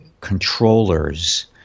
controllers